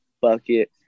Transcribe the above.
bucket